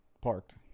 parked